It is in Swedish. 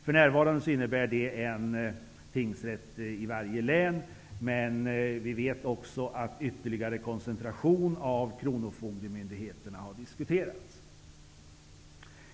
För närvarande finns det en tingsrätt i varje län, men en ytterligare koncentration av kronofogdemyndigheterna har diskuterats.